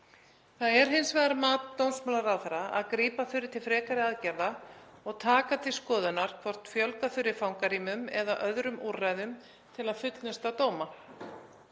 Það er hins vegar mat dómsmálaráðherra að grípa þurfi til frekari aðgerða og taka til skoðunar hvort fjölga þurfi fangarýmum eða öðrum úrræðum til að fullnusta dóma.